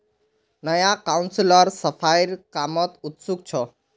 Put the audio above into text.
नया काउंसलर सफाईर कामत उत्सुक छ